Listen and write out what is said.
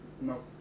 No